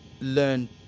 learn